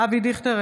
אבי דיכטר,